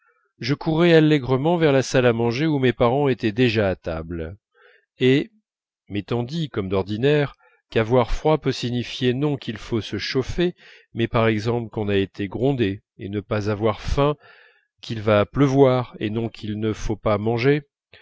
je courais allègrement vers la salle à manger où mes parents étaient déjà à table et m'étant dit comme d'ordinaire qu'avoir froid peut signifier non qu'il faut se chauffer mais par exemple qu'on a été grondé et ne pas avoir faim qu'il va pleuvoir et non qu'il ne faut pas manger